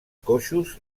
coixos